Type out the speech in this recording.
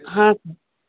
ಹಾಂ ಸರ್